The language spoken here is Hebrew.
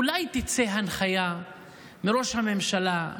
אולי תצא הנחיה מראש הממשלה,